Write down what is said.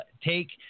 take